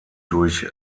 durch